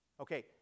Okay